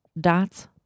dots